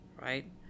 right